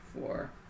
Four